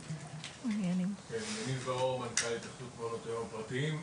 אני מנכ"ל התאחדות מעונות היום הפרטיים.